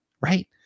right